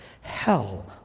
hell